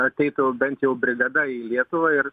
ateitų bent jau brigada į lietuvą ir